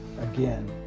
again